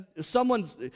Someone's